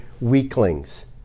weaklings